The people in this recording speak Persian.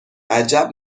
عجب